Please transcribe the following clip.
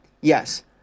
yes